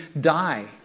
die